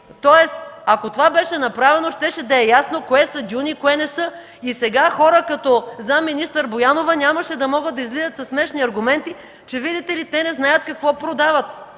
Тоест, ако това беше направено, щеше да е ясно кое са дюни, кое – не са. Сега хора като заместник-министър Боянова нямаше да могат да излизат със смешни аргументи, че, видите ли, те не знаят какво продават.